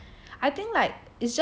I think like it's just